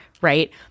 right